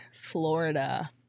Florida